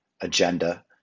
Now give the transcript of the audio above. agenda